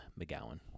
McGowan